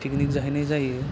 picnic जाहैनाय जायो